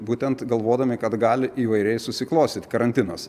būtent galvodami kad gali įvairiai susiklostyt karantinas